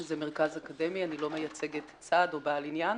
שזה מרכז אקדמי, אני לא מייצגת צד או בעל עניין.